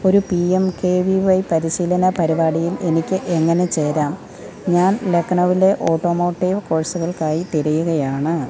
ഒരു P M K V Y പരിശീലന പരിപാടിയിൽ എനിക്ക് എങ്ങനെ ചേരാം ഞാൻ ലക്നൗവിലെ ഓട്ടോമോട്ടീവ് കോഴ്സുകൾക്കായി തിരയുകയാണ്